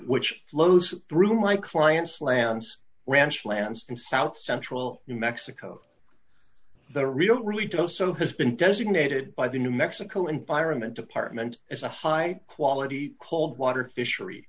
which flows through my client's lands ranch lands in south central new mexico the read only doso has been designated by the new mexico environment department as a high quality cold water fishery